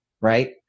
right